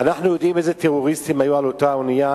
אנחנו יודעים איזה טרוריסטים היו על אותה אונייה.